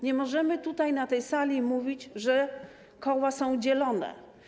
Nie możemy na tej sali mówić, że koła są dzielone.